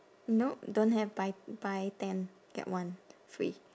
no don't have buy buy ten get one free